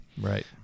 Right